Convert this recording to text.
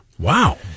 Wow